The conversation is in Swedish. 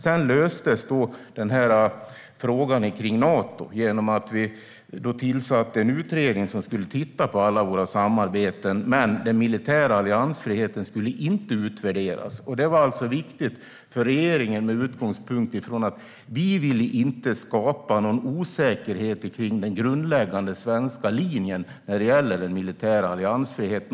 Sedan löstes frågan om Nato genom att vi tillsatte en utredning som skulle titta på alla våra samarbeten, men den militära alliansfriheten skulle inte utvärderas. Det var viktigt för regeringen mot bakgrund av att vi inte ville skapa någon osäkerhet om den grundläggande svenska linjen när det gäller den militära alliansfriheten.